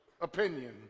opinion